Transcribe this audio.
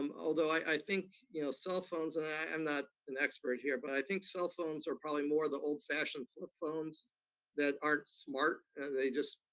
um although i think you know cell phones, and i'm not an expert here, but i think cell phones are probably more the old-fashioned flip phones that aren't smart, and they just,